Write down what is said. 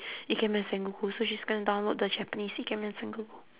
ikemen sengoku so she's gonna download the japanese ikemen sengoku